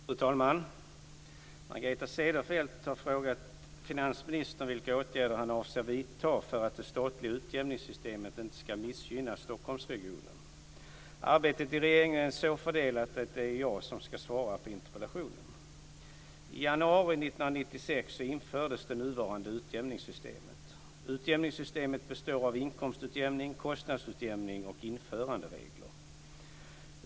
Fru talman! Margareta Cederfelt har frågat finansministern vilka åtgärder han avser att vidta för att det statliga utjämningssystemet inte ska missgynna Arbetet i regeringen är så fördelat att det är jag som ska svara på interpellationen. I januari 1996 infördes det nuvarande utjämningssystemet. Utjämningssystemet består av inkomstutjämning, kostnadsutjämning och införanderegler.